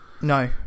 No